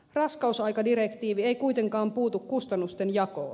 raskausaikadirektiivi ei kuitenkaan puutu kustannusten jakoon